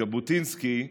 ז'בוטינסקי,